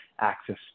access